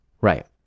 right